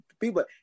people